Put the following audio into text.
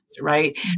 right